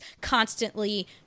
constantly